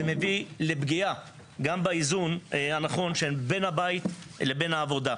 זה מביא לפגיעה גם באיזון הנכון בין הבית לבין העבודה.